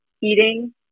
eating